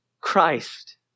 Christ